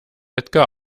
edgar